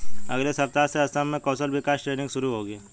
अगले सप्ताह से असम में कौशल विकास ट्रेनिंग शुरू होगी